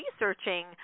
researching